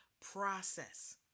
process